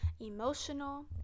emotional